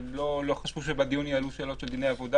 הם לא חשבו שבדיון יעלו שאלות של דיני עבודה,